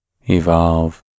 evolve